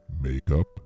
Makeup